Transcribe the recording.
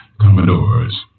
Commodores